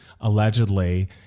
allegedly